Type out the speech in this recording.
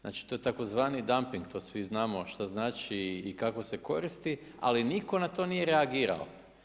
Znači to je tzv. dumping to svi znamo što znači i kako se koristi ali nitko na to nije reagirao.